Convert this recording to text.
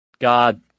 God